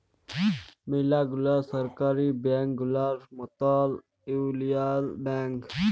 ম্যালা গুলা সরকারি ব্যাংক গুলার মতল ইউলিয়াল ব্যাংক